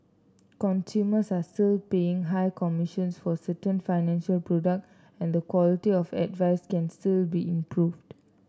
consumers are still paying high commissions for certain financial product and the quality of advice can still be improved